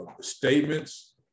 statements